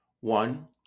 One